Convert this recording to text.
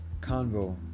convo